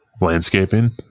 Landscaping